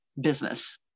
business